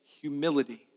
humility